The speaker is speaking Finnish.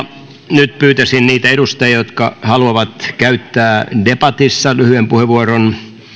nyt pyytäisin niitä edustajia jotka haluavat käyttää debatissa lyhyen puheenvuoron